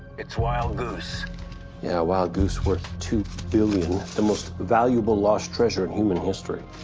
it's wild goose yeah, wild goose worth two billion. the most valuable lost treasure in human history.